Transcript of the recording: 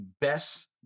best